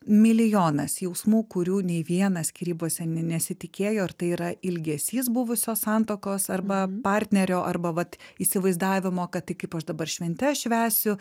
milijonas jausmų kurių nei vienas skyrybose nesitikėjo ir tai yra ilgesys buvusios santuokos arba partnerio arba vat įsivaizdavimo kad tai kaip aš dabar šventes švęsiu